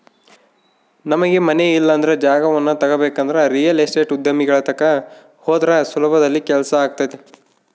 ನಮಗೆ ಮನೆ ಇಲ್ಲಂದ್ರ ಜಾಗವನ್ನ ತಗಬೇಕಂದ್ರ ರಿಯಲ್ ಎಸ್ಟೇಟ್ ಉದ್ಯಮಿಗಳ ತಕ ಹೋದ್ರ ಸುಲಭದಲ್ಲಿ ಕೆಲ್ಸಾತತೆ